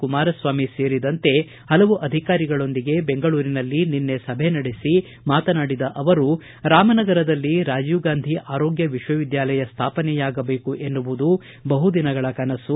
ಕುಮಾರಸ್ವಾಮಿ ಸೇರಿದಂತೆ ಅಧಿಕಾರಿಗಳೊಂದಿಗೆ ಬೆಂಗಳೂರಿನಲ್ಲಿ ನಿನ್ನೆ ಸಭೆ ನಡೆಸಿ ಮಾತನಾಡಿದ ಅವರು ರಾಮನಗರದಲ್ಲಿ ರಾಜೀವ ಗಾಂಧಿ ಆರೋಗ್ಯ ವಿಶ್ವವಿದ್ವಾಲಯ ಸ್ವಾಪನೆಯಾಗಬೇಕು ಎನ್ನುವುದು ಬಹುದಿನಗಳ ಕನಸು